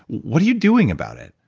what are you doing about it?